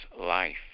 life